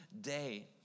day